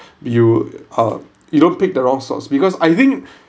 you are you don't pick the wrong stocks because I think